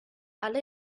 alle